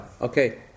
Okay